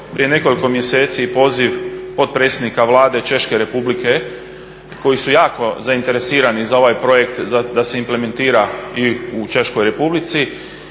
prije nekoliko mjeseci i poziv potpredsjednika Vlade Češke Republike koji su jako zainteresirani za ovaj projekt da se implementira i u Češkoj Republici